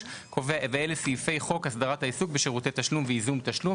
ואלה סעיפי חוק הסדרת העיסוק בשירותי תשלום וייזום תשלום.